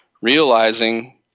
realizing